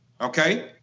okay